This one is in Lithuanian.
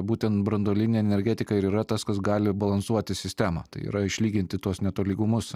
būtent branduolinė energetika ir yra tas kas gali balansuoti sistemą tai yra išlyginti tuos netolygumus